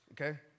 Okay